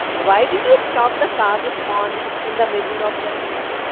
why did you stop the car this morning in the middle of that road?